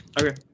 Okay